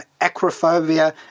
acrophobia